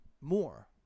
more